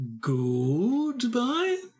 Goodbye